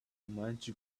much